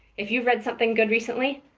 if you've read something good recently,